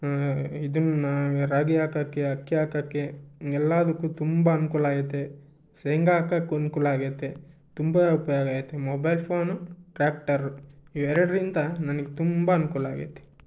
ಇದನ್ನು ರಾಗಿ ಹಾಕೋಕ್ಕೆ ಅಕ್ಕಿ ಹಾಕೋಕ್ಕೆ ಎಲ್ಲದಕ್ಕೂ ತುಂಬ ಅನುಕೂಲ ಆಐತೆ ಶೇಂಗಾ ಹಾಕಕ್ಕೆ ಅನುಕೂಲ ಆಗೈತೆ ತುಂಬ ಉಪಯೋಗ ಆಐತೆ ಮೊಬೈಲ್ ಫೋನು ಟ್ರ್ಯಾಕ್ಟರು ಇವು ಎರಡರಿಂದ ನನಗೆ ತುಂಬ ಅನುಕೂಲ ಆಗೈತಿ